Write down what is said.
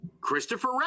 Christopher